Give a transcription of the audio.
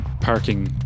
parking